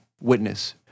witness